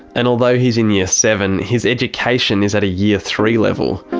and although he's in year seven, his education is at a year three level.